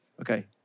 okay